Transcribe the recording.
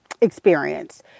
experience